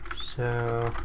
so,